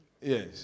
Yes